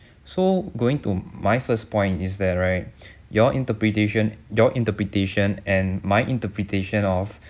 so going to my first point is that right your interpretation your interpretation and my interpretation of